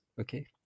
Okay